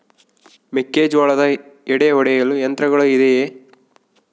ಮೆಕ್ಕೆಜೋಳದ ಎಡೆ ಒಡೆಯಲು ಯಂತ್ರಗಳು ಇದೆಯೆ?